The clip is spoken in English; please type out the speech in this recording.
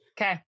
okay